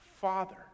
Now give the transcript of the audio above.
Father